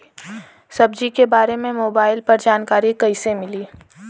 सब्जी के बारे मे मोबाइल पर जानकारी कईसे मिली?